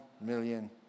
million